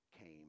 came